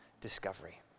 discovery